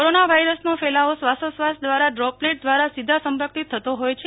corona વાયરસનો ફેલાવો શ્વાસોશ્વાસ દ્વારા ડ્રીપલેટ દ્વારા સીધા સંપર્કથી થતો હોય છે